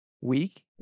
week